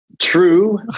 True